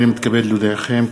הנני מתכבד להודיעכם,